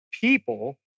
people